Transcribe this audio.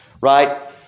right